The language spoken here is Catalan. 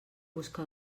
busca